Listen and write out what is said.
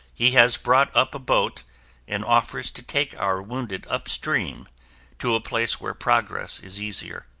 he has brought up a boat and offers to take our wounded up stream to a place where progress is easier.